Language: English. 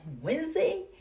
Wednesday